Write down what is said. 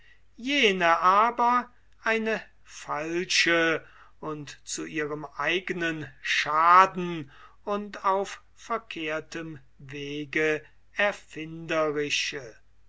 jene aber eine falsche und zu ihrem eignen schaden und auf verkehrtem wege erfinderische